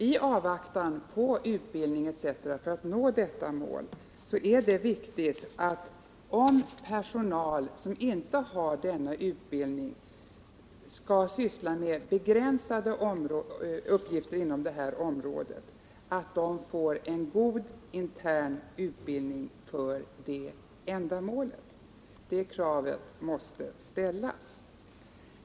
I avvaktan på utbildning för att nå detta mål är det viktigt, att om personal som inte har denna utbildning skall syssla med begränsade uppgifter inom detta område, så skall den få god intern utbildning för det ändamålet. Det kravet måste ställas.